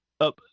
up